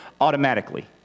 automatically